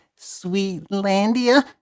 Sweetlandia